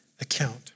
account